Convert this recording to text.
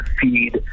feed